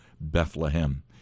Bethlehem